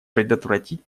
предотвратить